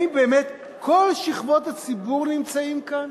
האם באמת כל שכבות הציבור נמצאות כאן?